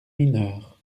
mineurs